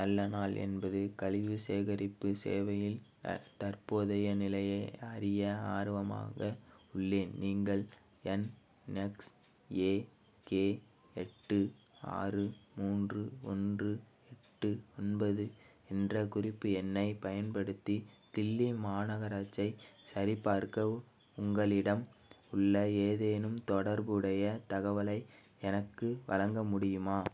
நல்ல நாள் என்பது கழிவு சேகரிப்பு சேவையில் தற்போதைய நிலையை அறிய ஆர்வமாக உள்ளேன் நீங்கள் என்எக்ஸ்ஏகே எட்டு ஆறு மூன்று ஒன்று எட்டு ஒன்பது என்ற குறிப்பு எண்ணைப் பயன்படுத்தி தில்லி மாநகராட்சியைச் சரிபார்க்க உங்களிடம் உள்ள ஏதேனும் தொடர்புடைய தகவலை எனக்கு வழங்க முடியுமா